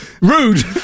Rude